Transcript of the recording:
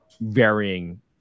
varying